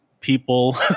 people